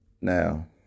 now